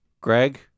Greg